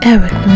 Eric